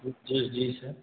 जी जी सर